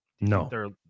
No